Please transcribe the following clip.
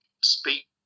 speak